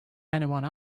anyone